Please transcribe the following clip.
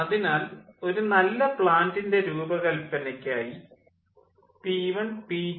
അതിനാൽ ഒരു നല്ല പ്ലാൻ്റിൻ്റെ രൂപകൽപ്പനയ്ക്കായി p1 p2